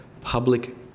public